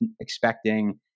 expecting